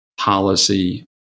policy